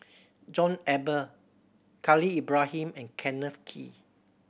John Eber Khalil Ibrahim and Kenneth Kee